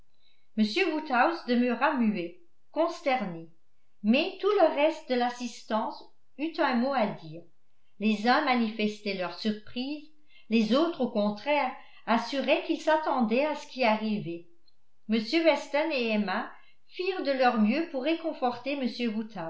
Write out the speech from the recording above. woodhouse demeura muet consterné mais tout le reste de l'assistance eut un mot à dire les uns manifestaient leur surprise les autres au contraire assuraient qu'ils s'attendaient à ce qui arrivait m weston et emma firent de leur mieux pour réconforter